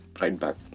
right-back